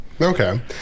Okay